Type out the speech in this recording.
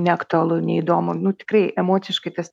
neaktualu neįdomu nu tikrai emociškai tas